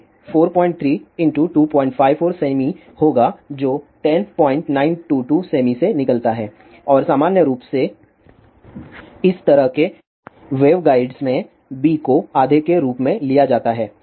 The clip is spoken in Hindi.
तो a 43 254 सेमी होगा जो 10922 सेमी से निकलता है और सामान्य रूप से इस तरह के वेवगाइड्स में b को आधे के रूप में लिया जाता है